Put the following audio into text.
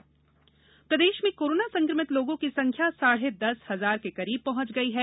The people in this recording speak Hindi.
कोरोना प्रदेश प्रदेश में कोरोना संक्रमित लोगों की संख्या साढ़े दस हजार के करीब पहॅच गई है